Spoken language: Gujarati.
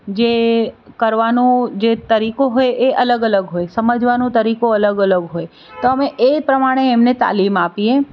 જે કરવાનું જે તરીકો હોય એ અલગ અલગ હોય સમજવાનો તરીકો અલગ અલગ હોય તો અમે એ પ્રમાણે એમને તાલીમ આપીએ